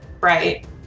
right